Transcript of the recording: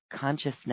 consciousness